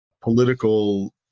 political